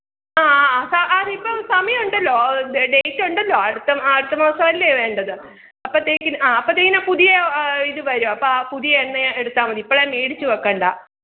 ആഹ് ആഹ് അതിപ്പം സമയം ഉണ്ടല്ലോ ഡേയ്റ്റ് ഉണ്ടല്ലോ അടുത്ത അടുത്ത മാസം അല്ലേ വേണ്ടത് അപ്പത്തേക്കിന് ആഹ് അപ്പത്തേക്കിനും ആ പുതിയ ഇതുവരും അപ്പം ആ പുതിയ എണ്ണ എടുത്താൽ മതി ഇപ്പൊളെ മേടിച്ച് വെക്കേണ്ട